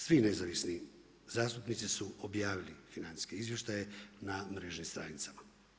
Svi nezavisni zastupnici su objavili financijske izvještaje na mrežnim stranicama.